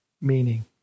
meaning